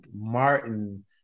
Martin